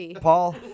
Paul